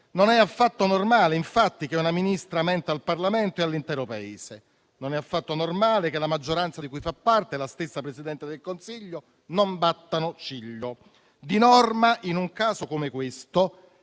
Non è affatto normale, infatti, che una Ministra menta al Parlamento e all'intero Paese. Non è affatto normale che la maggioranza di cui fa parte e lo stesso Presidente del Consiglio non battano ciglio. Di norma, in un caso come questo